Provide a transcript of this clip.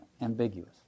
ambiguous